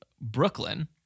Brooklyn